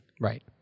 Right